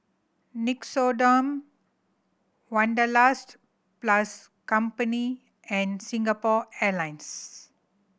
Nixoderm Wanderlust plus Company and Singapore Airlines